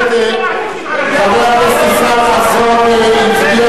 חבר הכנסת ישראל חסון הצביע